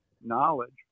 knowledge